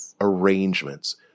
arrangements